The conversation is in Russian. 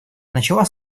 начала